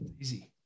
Easy